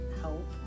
help